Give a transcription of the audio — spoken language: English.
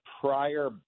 prior